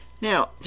Now